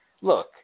look